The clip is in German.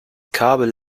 kabel